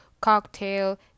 cocktail